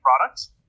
products